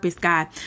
God